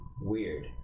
weird